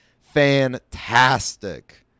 fantastic